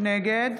נגד